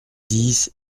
dix